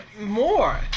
more